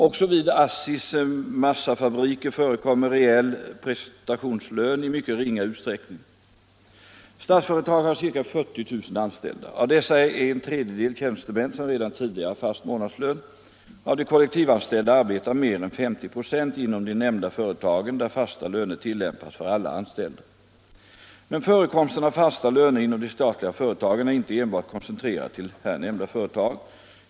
Också vid ASSI:s massafabriker förekommer reell prestationslön i mycket ringa utsträckning. Statsföretag har ca 40 000 anställda. Av dessa är en tredjedel tjänstemän som redan tidigare har fast månadslön. Av de kollektivanställda arbetar mer än 50 96 inom de nämnda företagen, där fasta löner tillämpas för alla anställda. Men förekomsten av fasta löner inom de statliga företagen är inte enbart koncentrerad till här nämnda företag.